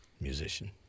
Musician